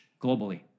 globally